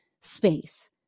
space